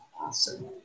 Awesome